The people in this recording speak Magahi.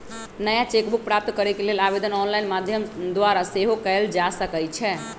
नया चेक बुक प्राप्त करेके लेल आवेदन ऑनलाइन माध्यम द्वारा सेहो कएल जा सकइ छै